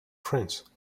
prince